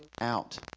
out